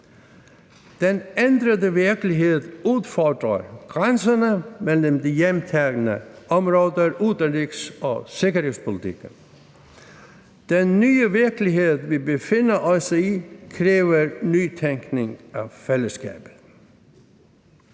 Den ændrede virkelighed udfordrer grænserne mellem de hjemtagne områder og udenrigs- og sikkerhedspolitikken. Den nye virkelighed, vi befinder os i, kræver nytænkning af fællesskabet.